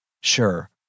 Sure